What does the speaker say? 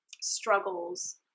struggles